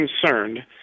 concerned